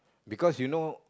because you know